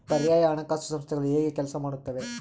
ಪರ್ಯಾಯ ಹಣಕಾಸು ಸಂಸ್ಥೆಗಳು ಹೇಗೆ ಕೆಲಸ ಮಾಡುತ್ತವೆ?